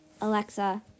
Alexa